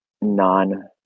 non